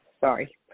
sorry